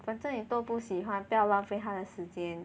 反正你都不喜欢不要浪费他的时间